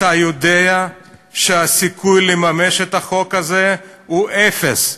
אתה יודע שהסיכוי לממש את החוק הזה הוא אפס.